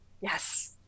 Yes